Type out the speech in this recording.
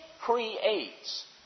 creates